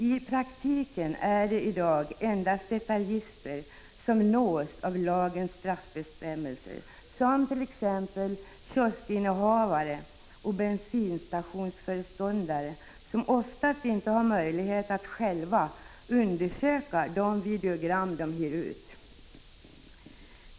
I praktiken är det i dag endast detaljister som nås av lagens straffbestämmelser, t.ex. kioskinnehavare och bensinstationsföreståndare, vilka oftast inte har möjlighet att själva undersöka de videogram de hyr ut.